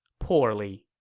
poorly.